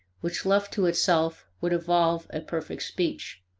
which left to itself would evolve a perfect speech.